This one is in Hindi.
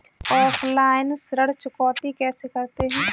ऑफलाइन ऋण चुकौती कैसे करते हैं?